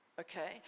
Okay